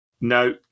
No